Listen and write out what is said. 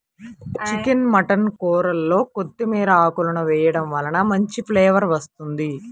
chicken mutton కూరల్లో కొత్తిమీర ఆకులను వేయడం వలన మంచి ఫ్లేవర్ వస్తుంది